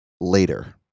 later